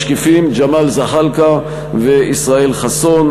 משקיפים: ג'מאל זחאלקה וישראל חסון.